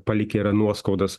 palikę nuoskaudas